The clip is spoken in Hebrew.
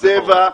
צבע,